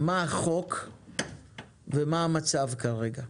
מה החוק ומה המצב כרגע?